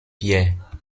pierre